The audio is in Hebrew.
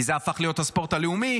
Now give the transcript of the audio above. כי זה הפך להיות הספורט הלאומי,